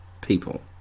people